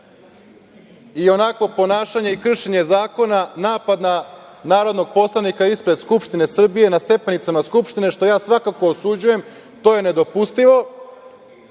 i onakvo ponašanje i kršenje zakona, napad na narodnog poslanika ispred Skupštine Srbije, na stepenicama Skupštine, što ja svakako osuđujem, to je nedopustivo,